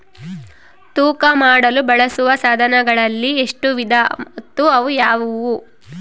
ತೂಕ ಮಾಡಲು ಬಳಸುವ ಸಾಧನಗಳಲ್ಲಿ ಎಷ್ಟು ವಿಧ ಮತ್ತು ಯಾವುವು?